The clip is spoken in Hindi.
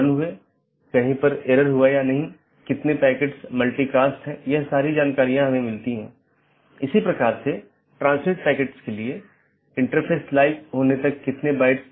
दोनों संभव राउटर का विज्ञापन करते हैं और infeasible राउटर को वापस लेते हैं